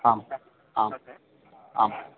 आम् आम् आम्